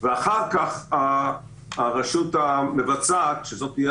ואחר כך הרשות המבצעת שתהיה